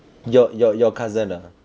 your your your cousin ah